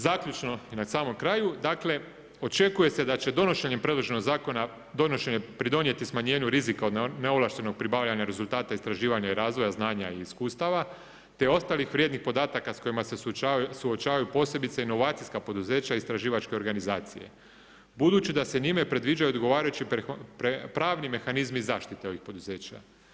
Zaključno na samom kraju, dakle očekuje se da će odnošenjem predloženog zakona, donošenjem pridonijeti smanjenju rizika od neovlaštenog pribavljanja rezultata istraživanja i razvoja znanja i iskustava te ostalih vrijednih podataka s kojima se suočavaju posebice inovacijska poduzeća i istraživačke organizacije budući da se njime predviđaju odgovarajući pravni mehanizmi zaštite ovih poduzeća.